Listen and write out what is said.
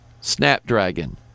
Snapdragon